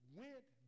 went